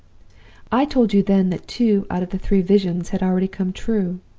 i told you then that two out of the three visions had already come true.